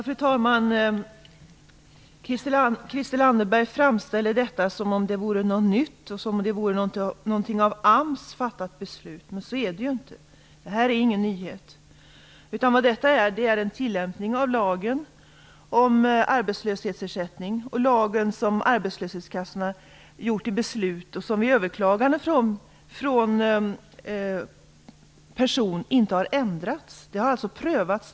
Fru talman! Christel Anderberg framställer detta som om det vore något nytt, som att AMS fattat ett beslut. Men så är det ju inte. Det här är ingen nyhet. Detta är en tillämpning av lagen om arbetslöshetsersättning, lagen som vid överklagande från person inte har ändrats. Den har alltså prövats.